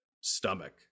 stomach